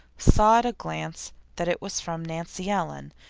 saw at a glance that it was from nancy ellen,